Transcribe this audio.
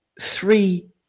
three